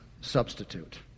substitute